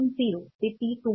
0 ते पी 2